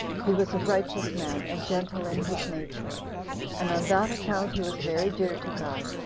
he was a righteous man, and gentle in his nature and on that account he was very dear to god.